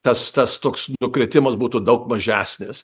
tas tas toks kritimas būtų daug mažesnis